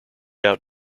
out